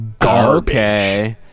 garbage